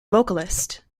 vocalist